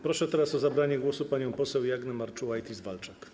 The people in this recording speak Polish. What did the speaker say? Proszę o zabranie głosu panią poseł Jagnę Marczułajtis-Walczak.